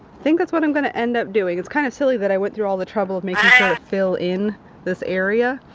that's what i'm gonna end up doing. it's kinda silly that i went through all the trouble of making sure to fill in this area.